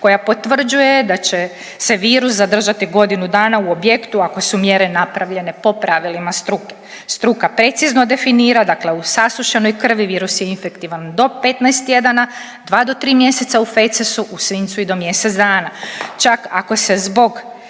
koja potvrđuje da će se virus zadržati godinu dana u objektu ako su mjere napravljene po pravilima struke. Struka precizno definira dakle u sasušenoj krvi virus je infektivan do 15 tjedana, 2-3 mjeseca u fecesu, u svinjcu i do mjesec dana. Čak ako se zbog